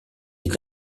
est